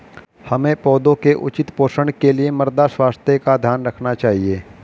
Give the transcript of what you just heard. हमें पौधों के उचित पोषण के लिए मृदा स्वास्थ्य का ध्यान रखना चाहिए